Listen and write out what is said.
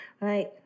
right